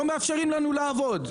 לא מאפשרים לנו לעבוד.